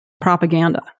Propaganda